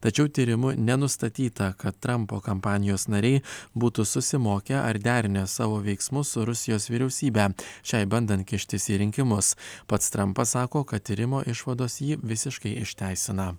tačiau tyrimu nenustatyta kad trampo kampanijos nariai būtų susimokę ar derinę savo veiksmus su rusijos vyriausybe šiai bandant kištis į rinkimus pats trampas sako kad tyrimo išvados jį visiškai išteisina